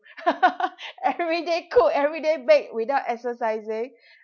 every day cook every day bake without exercising